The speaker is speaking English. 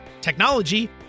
technology